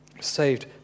Saved